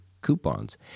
coupons